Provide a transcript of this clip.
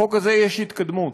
בחוק הזה יש התקדמות.